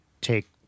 take